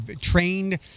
trained